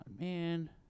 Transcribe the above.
man